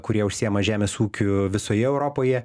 kurie užsiima žemės ūkiu visoje europoje